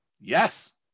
Yes